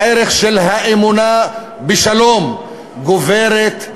הערך של האמונה בשלום גובר על